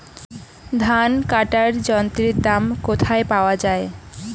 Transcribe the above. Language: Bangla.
ধান কাটার যন্ত্রের দাম কোথায় পাওয়া যায়?